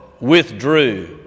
withdrew